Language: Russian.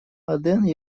аден